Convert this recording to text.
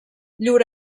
llur